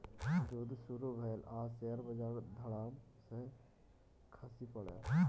जुद्ध शुरू भेलै आ शेयर बजार धड़ाम सँ खसि पड़लै